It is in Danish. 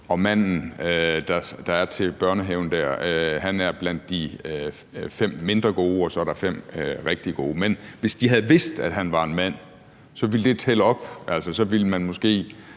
ti ansøgere til en børnehave, og at manden er blandt de fem mindre gode, og så er der fem rigtig gode. Men hvis de havde vidst, at han var en mand, ville det tælle op, altså så ville man måske